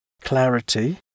clarity